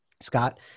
Scott